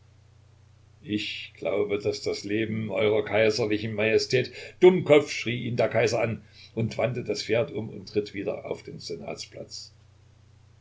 ich glaube daß das leben eurer kaiserlichen majestät dummkopf schrie ihn der kaiser an und er wandte das pferd um und ritt wieder auf den